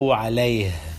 عليه